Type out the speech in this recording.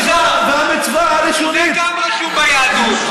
המצווה הראשונית, יש עוד משהו ביהדות.